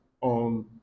on